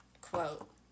quote